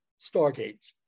stargates